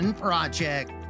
project